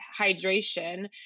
hydration